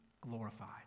glorified